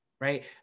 right